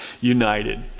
united